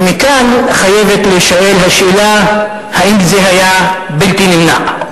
ומכאן חייבת להישאל השאלה אם זה היה בלתי נמנע,